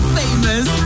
famous